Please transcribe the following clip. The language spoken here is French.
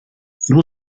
selon